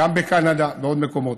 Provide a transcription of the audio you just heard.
גם בקנדה ובעוד מקומות.